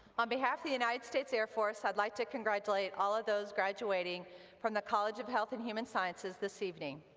on behalf of the united states air force, i'd like to congratulate all of those graduating from the college of health and human sciences this evening.